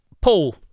Paul